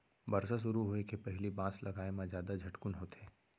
बरसा सुरू होए के पहिली बांस लगाए म जादा झटकुन होथे